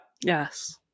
Yes